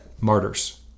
martyrs